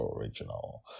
original